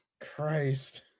Christ